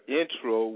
intro